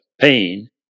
pain